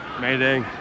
Mayday